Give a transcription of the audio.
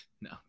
no